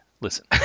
listen